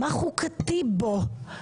מה חוקתי בו?